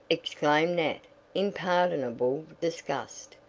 exclaimed nat in pardonable disgust.